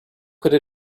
could